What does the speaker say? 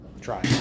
Try